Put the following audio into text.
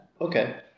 Okay